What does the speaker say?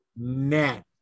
Net